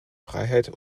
freiheit